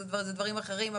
אז זה דברים אחרים.